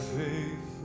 faith